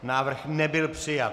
Návrh nebyl přijat.